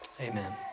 amen